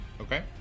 Okay